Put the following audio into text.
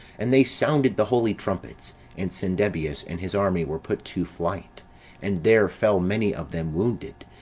and they sounded the holy trumpets and cendebeus and his army were put to flight and there fell many of them wounded,